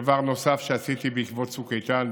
דבר נוסף שעשיתי בעקבות צוק איתן,